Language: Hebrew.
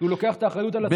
הוא לוקח את האחריות על עצמו,